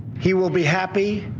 he will be happy,